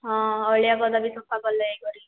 ହଁ ଅଳିଆ ଗଦା ବି ସଫା କଲେ ଯାଇକରି